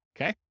Okay